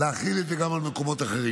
להחיל את זה גם על מקומות אחרים.